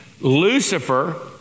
Lucifer